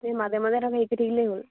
এই মাজে মাজে সিহঁতক হেৰি কৰি থাকিলে হ'ল